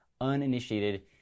uninitiated